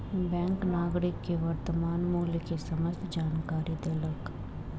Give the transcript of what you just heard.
bank नागरिक के वर्त्तमान मूल्य के समस्त जानकारी देलक